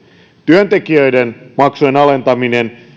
työntekijöiden maksujen alentaminen